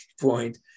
point